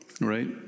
right